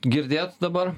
girdėt dabar